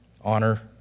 Honor